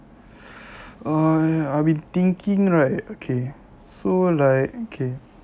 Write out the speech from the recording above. ah I've been thinking right okay so like okay